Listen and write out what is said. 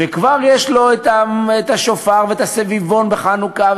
כבר יש לו את השופר ואת הסביבון בחנוכה,